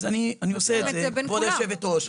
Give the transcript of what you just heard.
אז אני עושה את זה, כבוד היושבת ראש.